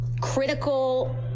critical